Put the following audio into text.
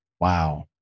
Wow